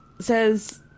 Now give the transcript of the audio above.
says